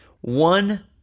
One